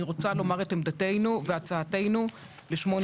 אני רוצה לומר את עמדתנו והצעתנו ל-8ד: